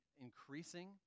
increasing